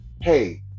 hey